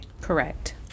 correct